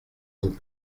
vous